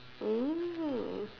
mm